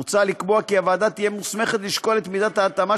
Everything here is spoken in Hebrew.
מוצע לקבוע כי הוועדה תהיה מוסמכת לשקול את מידת ההתאמה